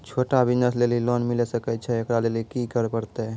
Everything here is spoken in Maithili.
छोटा बिज़नस लेली लोन मिले सकय छै? एकरा लेली की करै परतै